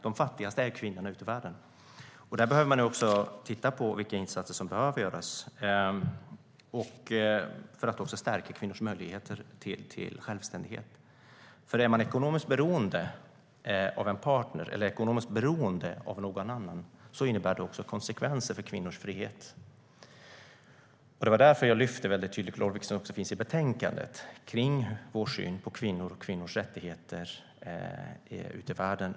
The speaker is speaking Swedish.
De fattigaste ute i världen är kvinnorna. Man behöver titta på vilka insatser som behöver göras för att stärka kvinnors möjligheter till självständighet, för att vara ekonomiskt beroende av en partner eller någon annan innebär konsekvenser för kvinnors frihet. Det var därför jag tydligt lyfte fram det som också står i betänkandet om vår syn på kvinnor och kvinnors rättigheter ute i världen.